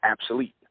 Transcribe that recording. obsolete